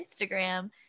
Instagram